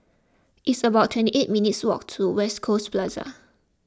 it's about twenty eight minutes' walk to West Coast Plaza